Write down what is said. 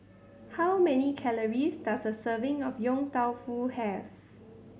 how many calories does a serving of Yong Tau Foo have